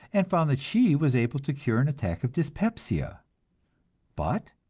and found that she was able to cure an attack of dyspepsia but,